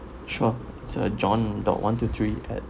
sure sir john dot one two three at